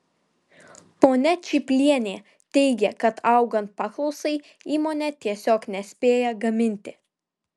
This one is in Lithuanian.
ponia čiplienė teigia kad augant paklausai įmonė tiesiog nespėja gaminti